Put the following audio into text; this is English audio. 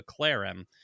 McLaren